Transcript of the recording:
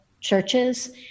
churches